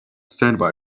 standby